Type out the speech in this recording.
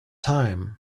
time